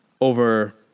over